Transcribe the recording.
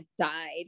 died